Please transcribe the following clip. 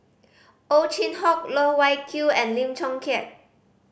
Ow Chin Hock Loh Wai Kiew and Lim Chong Keat